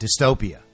dystopia